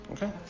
Okay